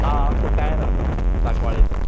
आं कुटाये रावता साकवाळे सर